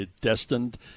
Destined